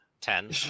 Ten